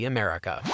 America